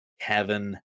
Kevin